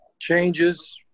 changes